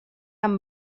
amb